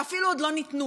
שאפילו עוד לא ניתנו,